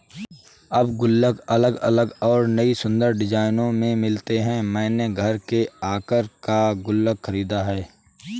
अब गुल्लक अलग अलग और नयी सुन्दर डिज़ाइनों में मिलते हैं मैंने घर के आकर का गुल्लक खरीदा है